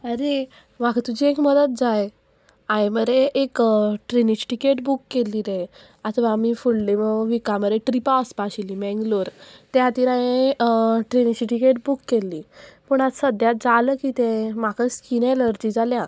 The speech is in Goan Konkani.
आरे म्हाका तुजी एक मदत जाय हांवें मरे एक ट्रेनीची टिकेट बूक केल्ली रे आतां आमी फुडली विका मरे ट्रिपा वचपा आशिल्ली मेंगलोर त्या खातीर हांवें ट्रेनीची टिकेट बूक केल्ली पूण आतां सद्द्या जाला कितें म्हाका स्कीन एलर्जी जाल्या